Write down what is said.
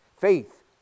faith